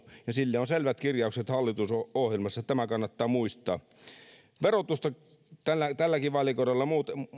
ja sille on selvät kirjaukset hallitusohjelmassa tämä kannattaa muistaa verotusta ja erilaisia järjestelmiä tälläkin vaalikaudella